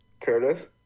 Curtis